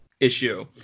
Issue